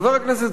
בצדק,